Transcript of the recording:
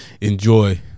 Enjoy